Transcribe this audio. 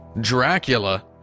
Dracula